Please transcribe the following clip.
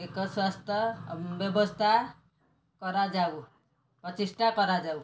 ଏକ ସ୍ୱାସ୍ଥ୍ୟ ବ୍ୟବସ୍ଥା କରାଯାଉ ପ୍ରଚେଷ୍ଟା କରାଯାଉ